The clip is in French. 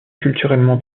culturellement